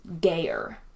gayer